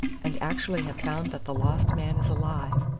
and actually have found that the lost man is alive.